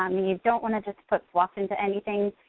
um you don't wanna just put fluff into anything.